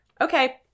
okay